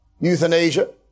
Euthanasia